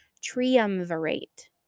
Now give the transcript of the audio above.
triumvirate